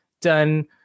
done